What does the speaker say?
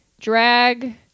drag